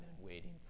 waiting